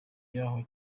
y’aho